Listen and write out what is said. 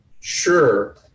sure